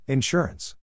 Insurance